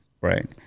Right